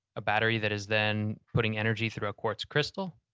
ah battery that is then putting energy through a quartz crystal,